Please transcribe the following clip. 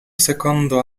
secondo